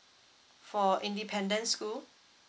for independent school